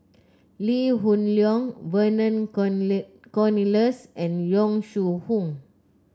Lee Hoon Leong Vernon Cornelius and Yong Shu Hoong